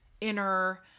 inner